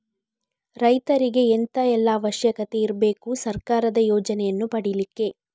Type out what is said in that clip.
ರೈತರಿಗೆ ಎಂತ ಎಲ್ಲಾ ಅವಶ್ಯಕತೆ ಇರ್ಬೇಕು ಸರ್ಕಾರದ ಯೋಜನೆಯನ್ನು ಪಡೆಲಿಕ್ಕೆ?